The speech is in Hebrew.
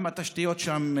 איש, התשתיות גם שם,